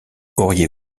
auriez